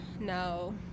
no